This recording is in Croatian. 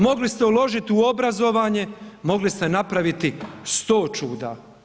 Mogli ste uložiti u obrazovanje, mogli ste napraviti 100 čuda.